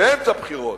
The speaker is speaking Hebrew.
באמצע בחירות.